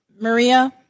Maria